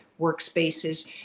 workspaces